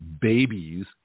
babies